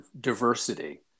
diversity